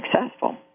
successful